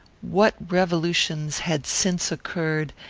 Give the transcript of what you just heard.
what revolutions had since occurred,